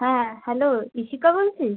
হ্যাঁ হ্যালো ইশিকা বলছিস